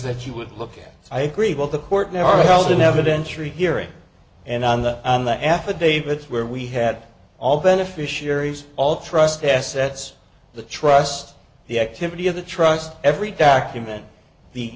that she would look i agree with the court there are held in evidence or hearing and on the on the affidavits where we had all beneficiaries all trust assets the trust the activity of the trust every document the